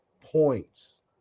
points